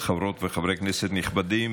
חברות וחברי כנסת נכבדים,